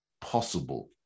possible